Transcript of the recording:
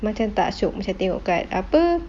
macam tak shiok macam tengok kat apa